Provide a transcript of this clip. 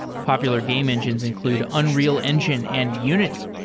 popular game engines include unreal engine and unity,